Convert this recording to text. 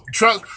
truck